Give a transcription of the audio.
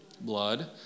Blood